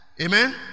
Amen